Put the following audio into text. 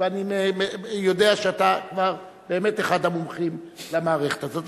ואני יודע שאתה כבר באמת אחד המומחים למערכת הזאת,